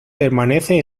permanece